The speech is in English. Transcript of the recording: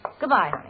Goodbye